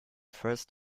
first